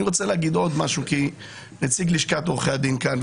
אני רוצה להגיד עוד משהו כי נציג לשכת עורכי הדין כאן.